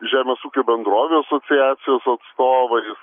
žemės ūkio bendrovių asociacijos atstovais